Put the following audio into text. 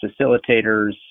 facilitators